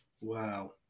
Wow